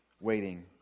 waiting